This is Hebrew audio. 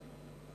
תודה.